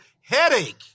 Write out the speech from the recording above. headache